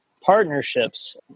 partnerships